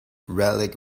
relic